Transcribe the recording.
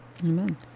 Amen